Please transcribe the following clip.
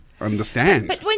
understand